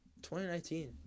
2019